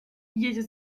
jedzie